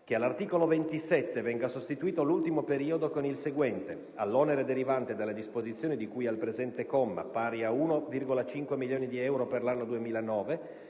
- che all'articolo 27 venga sostituito l'ultimo periodo con il seguente: "All'onere derivante dalle disposizioni di cui al presente comma, pari a 1,5 milioni di euro per l'anno 2009,